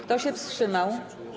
Kto się wstrzymał?